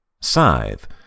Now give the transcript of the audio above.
Scythe